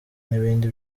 n’ibindi